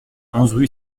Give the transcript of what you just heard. rue